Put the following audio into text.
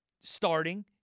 starting